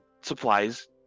supplies